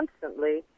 constantly